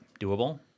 doable